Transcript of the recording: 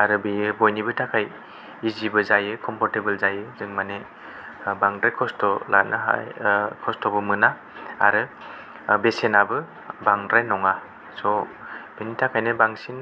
आरो बेयो बयनिबो थाखाय इजि बो जायो कम्फर्तेबोल जायो जों माने बांद्राय खस्थ' लानो हाया खस्थ'बो मोना आरो बेसेनाबो बांद्राय नङा स' बेनिथाखायनो बांसिन